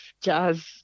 jazz